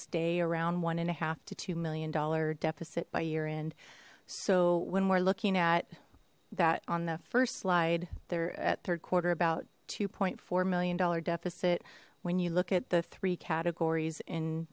stay around one and a half to two million dollar deficit by year end so when we're looking at that on the first slide there at third quarter about two point four million dollar deficit when you look at the three categories in